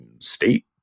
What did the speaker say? State